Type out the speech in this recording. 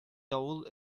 давыл